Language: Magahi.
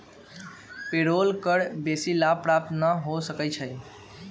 पेरोल कर बेशी लाभ प्राप्त न हो सकै छइ